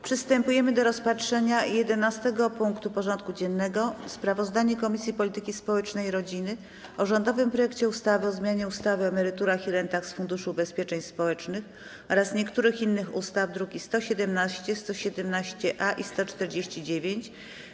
Przystępujemy do rozpatrzenia punktu 11. porządku dziennego: Sprawozdanie Komisji Polityki Społecznej i Rodziny o rządowym projekcie ustawy o zmianie ustawy o emeryturach i rentach z Funduszu Ubezpieczeń Społecznych oraz niektórych innych ustaw (druki nr 117, 117-A i 149)